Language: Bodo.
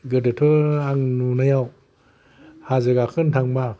गोदोथ' आं नुनायाव हाजो गाखोनो थांबा